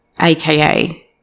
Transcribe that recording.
aka